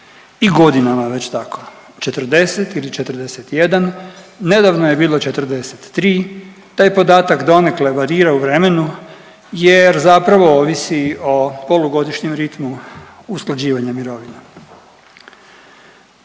i godinama je već tako. 40 ili 41, nedavno je bilo 43, taj podatak donekle varira u vremenu jer zapravo ovisi o polugodišnjem ritmu usklađivanja mirovina.